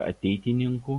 ateitininkų